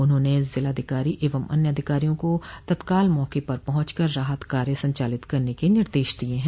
उन्होंने जिलाधिकारी एवं अन्य अधिकारियों को तत्काल मौके पर पहुंचकर राहत कार्य संचालित करने के निर्देश दिए हैं